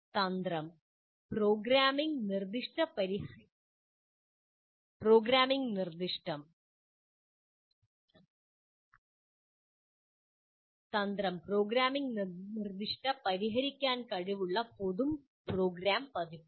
തന്ത്രം പ്രോഗ്രാമിംഗ് നിർദ്ദിഷ്ട പരിഹരിക്കാൻ കഴിവുള്ള പൊതു പ്രോഗ്രാം പതിപ്പുകൾ